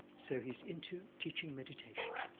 so he's into teaching meditation,